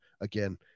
again